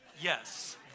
Yes